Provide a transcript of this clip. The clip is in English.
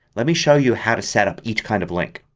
let me show you how to setup each kind of link.